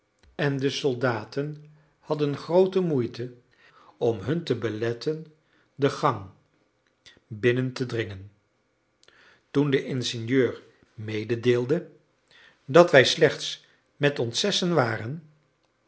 en de soldaten hadden groote moeite om hun te beletten de gang binnen te dringen toen de ingenieur mededeelde dat wij slechts met ons zessen waren